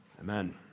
Amen